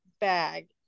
bag